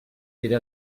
diré